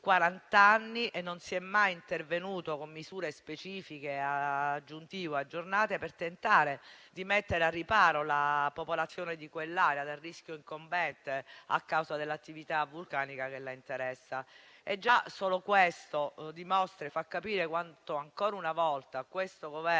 quarant'anni e non si è mai intervenuto con misure specifiche aggiuntive o aggiornate per tentare di mettere al riparo la popolazione di quell'area dal rischio incombente a causa dell'attività vulcanica che la interessa. Già solo questo dimostra e fa capire ancora una volta quanto questo